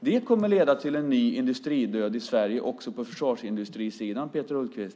Det kommer att leda till en ny industridöd i Sverige - också på försvarsindustrisidan, Peter Hultqvist.